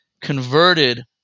converted